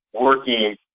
working